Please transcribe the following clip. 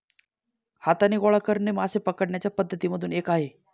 हाताने गोळा करणे मासे पकडण्याच्या पद्धती मधून एक आहे